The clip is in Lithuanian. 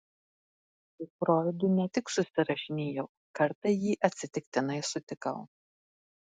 su froidu ne tik susirašinėjau kartą jį atsitiktinai sutikau